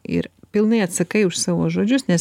ir pilnai atsakai už savo žodžius nes